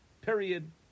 period